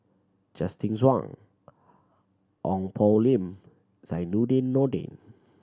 Justin Zhuang Ong Poh Lim Zainudin Nordin